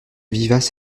vivace